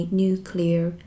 nuclear